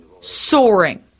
soaring